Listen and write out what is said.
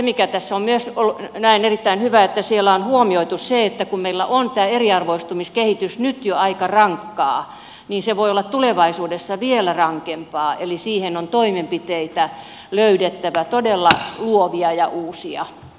mikä tässä myös on erittäin hyvää on se että siellä on huomioitu se että kun meillä on tämä eriarvoistumiskehitys nyt jo aika rankkaa niin se voi olla tulevaisuudessa vielä rankempaa eli siihen on toimenpiteitä löydettävä todella luovia ja uusia